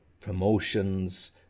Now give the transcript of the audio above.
promotions